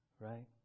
right